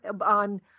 on